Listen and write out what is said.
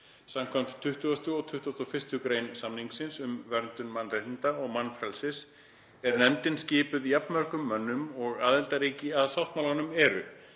Samkvæmt 20. og 21. gr. samningsins um verndun mannréttinda og mannfrelsis er nefndin skipuð jafnmörgum mönnum og aðildarríki að sáttmálanum eru,